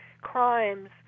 crimes